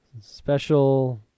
special